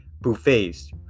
buffets